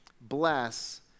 Bless